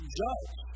judge